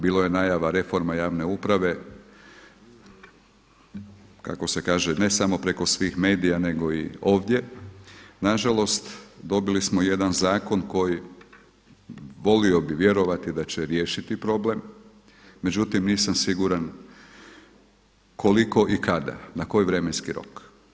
Bilo je najava reforma javne uprave kako se kaže, ne samo preko svih medija nego i ovdje, nažalost dobili smo jedan zakon koji volio bih vjerovati da će riješiti problem, međutim nisam siguran koliko i kada na koji vremenski rok.